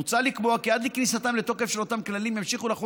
מוצע לקבוע כי עד לכניסתם לתוקף של אותם כללים ימשיכו לחול